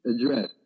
Address